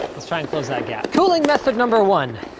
let's try and close that gap. cooling method number one,